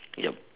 ya